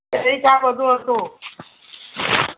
પૈસાને બધું હતું